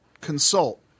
consult